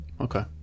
Okay